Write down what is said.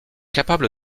capable